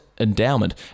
Endowment